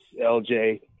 LJ